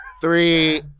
Three